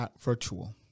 virtual